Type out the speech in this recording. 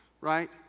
right